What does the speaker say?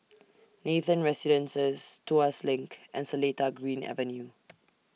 Nathan Residences Tuas LINK and Seletar Green Avenue